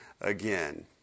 again